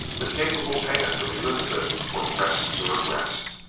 the capable hands of elizabeth were pressed to her breast,